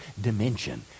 dimension